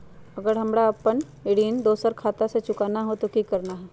अगर हमरा अपन ऋण दोसर खाता से चुकाना है तो कि करना है?